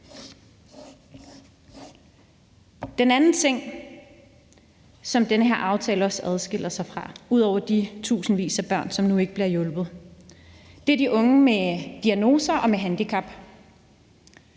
Det andet punkt, hvor den her aftale adskiller sig fra den forrige, ud over det med de tusindvis af børn, som nu ikke bliver hjulpet, handler om de unge med diagnoser og med handicap.